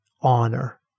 honor